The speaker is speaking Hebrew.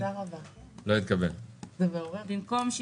הצבעה לא